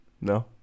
No